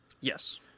Yes